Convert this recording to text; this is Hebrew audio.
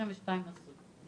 אז